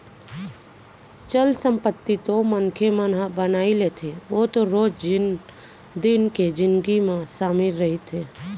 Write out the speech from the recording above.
चल संपत्ति तो मनखे मन ह बनाई लेथे ओ तो रोज दिन के जिनगी म सामिल रहिथे